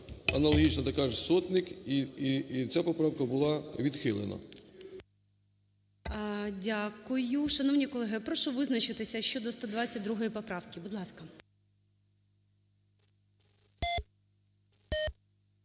аналогічна така ж Сотник, і ця поправка була відхилена. ГОЛОВУЮЧИЙ. Дякую. Шановні колеги, прошу визначитися щодо 122 поправки, будь ласка.